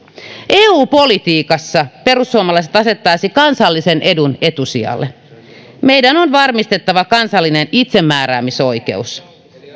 eu politiikassa perussuomalaiset asettaisivat kansallisen edun etusijalle meidän on varmistettava kansallinen itsemääräämisoikeus